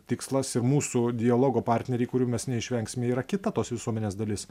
tikslas ir mūsų dialogo partneriai kurių mes neišvengsim jie yra kita tos visuomenės dalis